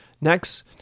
Next